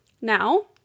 Now